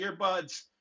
earbuds